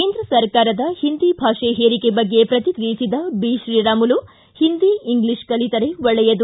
ಕೇಂದ್ರ ಸರಕಾರದ ಹಿಂದಿ ಭಾಷೆ ಹೆರಿಕೆ ಬಗ್ಗೆ ಪ್ರಕಿಕ್ರಿಯಿಸಿದ ಬಿ ಶ್ರೀರಾಮುಲು ಹಿಂದಿ ಇಂಗ್ಲೀಷ್ ಕಲಿತರೆ ಒಳ್ಳೆಯದು